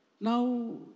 Now